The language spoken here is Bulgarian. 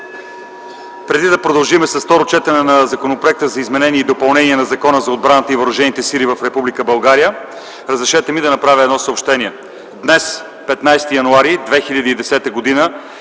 Преди да продължим с второ четене на Законопроекта за изменение и допълнение на Закона за отбраната и Въоръжените сили в Република България, разрешете ми да направя едно съобщение. Днес, 15 януари 2010 г., на